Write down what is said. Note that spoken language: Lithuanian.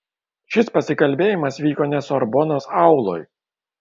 šis pasikalbėjimas vyko ne sorbonos auloj